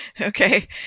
Okay